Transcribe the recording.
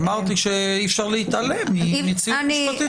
אמרתי שאי-אפשר להתעלם ממציאות משפטית מסוימת.